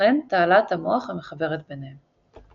וכן תעלת המוח המחברת ביניהם.